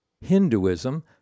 Hinduism